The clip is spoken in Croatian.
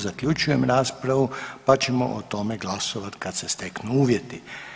Zaključujem raspravu pa ćemo o tome glasovati kad se steknu uvjeti.